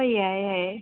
ꯍꯣꯏ ꯌꯥꯏꯌꯦ ꯌꯥꯏꯌꯦ